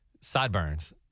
sideburns